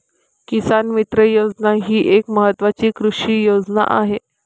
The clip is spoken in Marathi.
किसान मित्र योजना ही एक महत्वाची कृषी योजना आहे